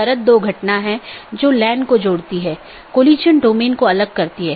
प्रत्येक EBGP router अलग autonomous system में हैं